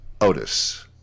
Otis